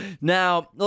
Now